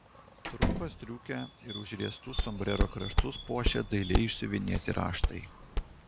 trumpą striukę ir užriestus sombrero kraštus puošė dailiai išsiuvinėti raštai